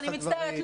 אני מצטערת,